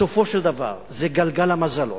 בסופו של דבר זה גלגל המזלות.